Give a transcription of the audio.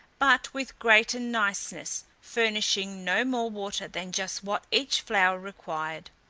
but with greater niceness, furnishing no more water than just what each flower required.